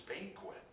banquet